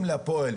אם להפועל,